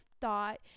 thought